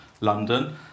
London